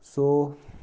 so